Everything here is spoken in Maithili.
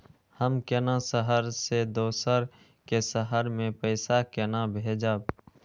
हम केना शहर से दोसर के शहर मैं पैसा केना भेजव?